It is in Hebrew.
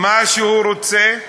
מה שהוא רוצה,